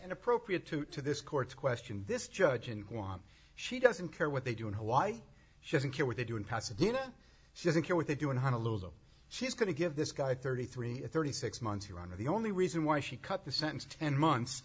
and appropriate to to this court question this judge and want she doesn't care what they do in hawaii she doesn't care what they do in pasadena she doesn't care what they do in honolulu she's going to give this guy thirty three thirty six months your honor the only reason why she cut the sentence ten months